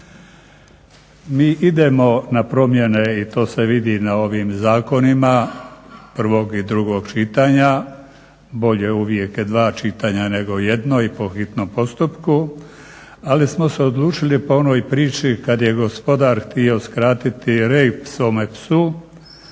Mi idemo na promjene i to se vidi na ovim zakonima prvog i drugog čitanja. Bolje uvijek dva čitanja nego jedno i po hitnom postupku, ali smo se odlučili po onoj priči kad je gospodar htio skratiti rep svome psu